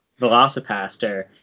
velocipaster